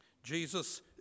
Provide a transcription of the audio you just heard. Jesus